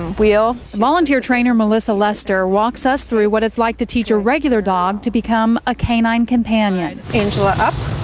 wheel. volunteer trainer melissa lester walks us through what it's like to teach a regular dog to become a canine companion. angela, up.